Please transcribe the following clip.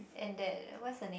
and that what's her name